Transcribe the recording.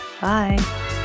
Bye